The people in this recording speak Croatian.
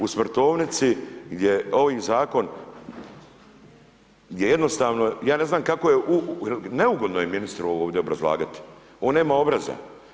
U smrtovnici gdje ovaj zakon, gdje jednostavno ja ne znam kako je, neugodno je ministru ovdje obrazlagati, on nema obraza.